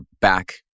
back